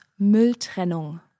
Mülltrennung